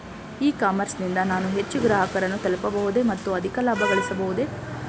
E commerce ನಿಂದ ನಾನು ಹೆಚ್ಚು ಗ್ರಾಹಕರನ್ನು ತಲುಪಬಹುದೇ ಮತ್ತು ಅಧಿಕ ಲಾಭಗಳಿಸಬಹುದೇ?